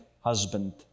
husband